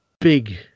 big